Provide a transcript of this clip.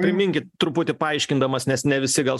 priminkit truputį paaiškindamas nes ne visi gal